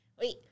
wait